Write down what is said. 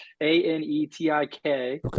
A-N-E-T-I-K